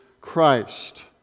Christ